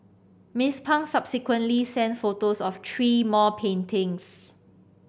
Miss Pang subsequently sent photos of three more paintings